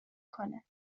کند